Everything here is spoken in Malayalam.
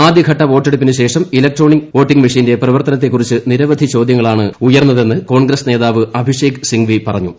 ആദ്യഘട്ട വോട്ടെടുപ്പിന് ശേഷം ഇലക്ട്രോണിക് വോട്ടിംഗ് മെഷീന്റെ പ്രവർത്തനത്തെകുറിച്ച് നിരവധി ചോദ്യങ്ങളാണ് ഉയർന്നതെന്ന് കോൺഗ്രസ് നേതാവ് അഭിഷേക് സിംഗ്വി പറഞ്ഞു